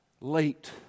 late